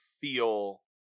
feel